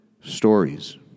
stories